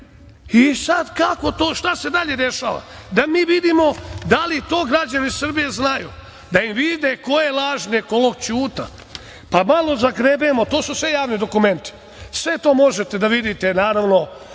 sad kako to, šta se dalje dešava? Da mi vidimo da li to građani Srbije znaju, da vide ko je lažni ekolog Ćuta. Pa malo zagrebemo, to su sve javni dokumenti, sve to možete da vidite, naravno,